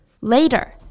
Later